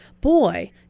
boy